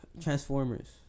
Transformers